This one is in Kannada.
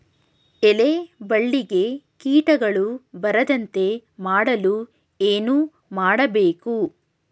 ಎಲೆ ಬಳ್ಳಿಗೆ ಕೀಟಗಳು ಬರದಂತೆ ಮಾಡಲು ಏನು ಮಾಡಬೇಕು?